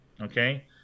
okay